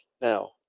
now